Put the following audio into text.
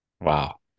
Wow